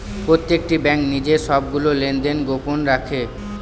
প্রত্যেকটি ব্যাঙ্ক নিজের সবগুলো লেনদেন গোপন রাখে